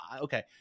okay